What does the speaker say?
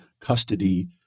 custody